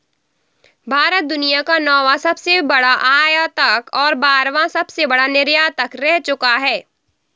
भारत दुनिया का नौवां सबसे बड़ा आयातक और बारहवां सबसे बड़ा निर्यातक रह चूका है